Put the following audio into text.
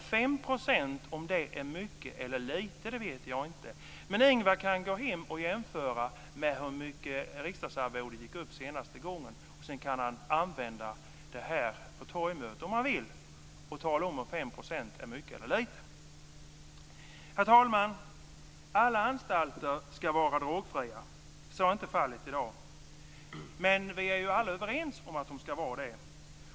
Om 5 % är mycket eller lite vet jag inte men Ingvar kan gå hem och jämföra detta med hur mycket riksdagsarvodet senast gick upp. Sedan kan han, om han så vill, använda det här ute på torgmöten och tala om huruvida 5 % är mycket eller lite. Herr talman! Alla anstalter ska vara drogfria men så är inte fallet i dag. Vi är dock alla överens om att de ska vara drogfria.